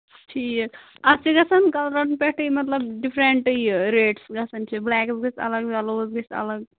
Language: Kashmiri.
ٹھیٖک اَتھ چھُ گژھان کَلرَن پٮ۪ٹھٕے مطلب ڈِفرنٛٹ یہِ ریٹٔس گژھان چھِ بُِلیکَس گژھِ اَلگ یلوَس گژھِ اَلگ